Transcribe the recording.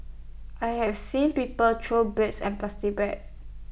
I have seen people throw birds at plastic bags